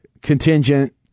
contingent